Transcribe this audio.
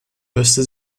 löste